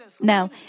Now